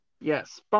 Yes